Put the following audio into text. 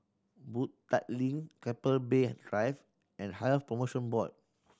Boon Tat Link Keppel Bay and Drive and Health Promotion Board